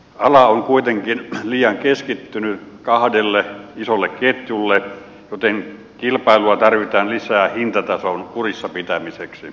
ala on kuitenkin liian keskittynyt kahdelle isolle ketjulle joten kilpailua tarvitaan lisää hintatason kurissa pitämiseksi